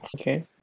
Okay